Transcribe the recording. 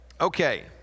Okay